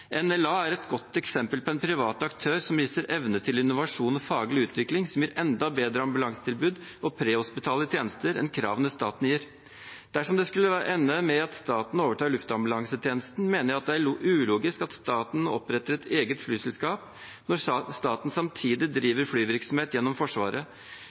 NLA er et godt eksempel på en privat aktør som viser evne til innovasjon og faglig utvikling, som gir et enda bedre ambulansetilbud og prehospitale tjenester enn det som er kravene staten stiller. Dersom det skulle ende med at staten overtar luftambulansetjenesten, mener jeg det er ulogisk at staten oppretter et eget flyselskap når staten samtidig driver flyvirksomhet gjennom Forsvaret.